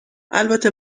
البته